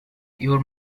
your